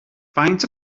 faint